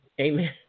amen